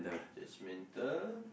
judgemental